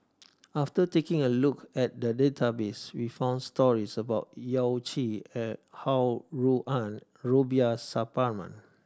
after taking a look at the database we found stories about Yao Chi Ho Rui An Rubiah Suparman